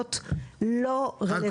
פוליטיות לא רלוונטיות.